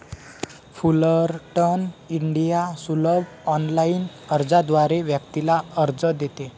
Fullerton India सुलभ online अर्जाद्वारे व्यक्तीला कर्ज देते